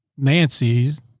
Nancy's